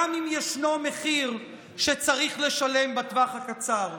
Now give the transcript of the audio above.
גם אם ישנו מחיר שצריך לשלם בטווח הקצר?